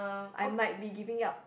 I might be giving up